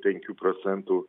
penkių procentų